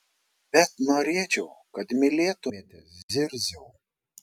bet norėčiau kad mylėtumėte zirziau